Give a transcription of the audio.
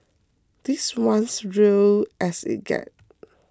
this one's real as it gets